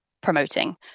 promoting